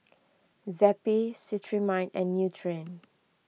Zappy Cetrimide and Nutren